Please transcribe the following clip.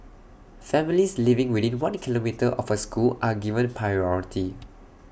families living within one kilometre of A school are given priority